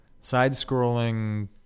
side-scrolling